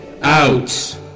out